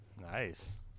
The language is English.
nice